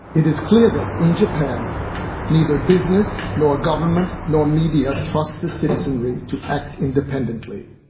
it is clear that in japan neither business nor government nor media trust the citizenry to act independently.